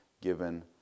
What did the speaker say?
given